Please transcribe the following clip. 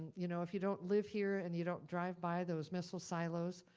you know if you don't live here, and you don't drive by those missile silos,